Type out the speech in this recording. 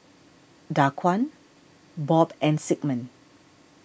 Daquan Bob and Sigmund